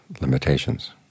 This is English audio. limitations